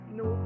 no